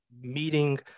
meeting